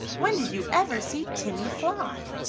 when did you ever see timmy fly?